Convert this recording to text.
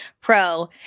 Pro